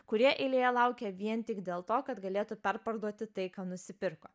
kurie eilėje laukia vien tik dėl to kad galėtų perparduoti tai ką nusipirko